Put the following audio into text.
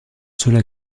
cela